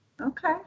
Okay